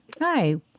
Hi